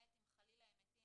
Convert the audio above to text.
למעט אם חלילה הם מתים,